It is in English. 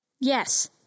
Yes